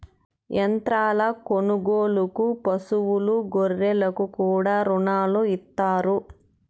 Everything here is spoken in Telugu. యంత్రాల కొనుగోలుకు పశువులు గొర్రెలకు కూడా రుణాలు ఇత్తారు